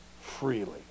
freely